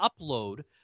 upload